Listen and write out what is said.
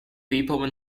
people